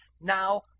now